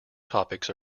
topics